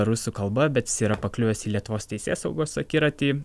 rusų kalba bet jis yra pakliuvęs į lietuvos teisėsaugos akiratį